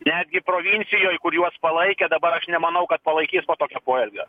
netgi provincijoj kur juos palaikė dabar aš nemanau kad palaikys po tokio poelgio